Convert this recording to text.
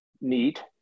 neat